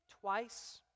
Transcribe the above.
twice